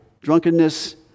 drunkenness